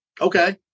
okay